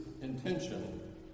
intention